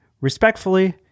Respectfully